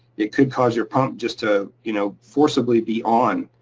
it could cause your pump just to you know forcibly be on.